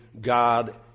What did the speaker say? God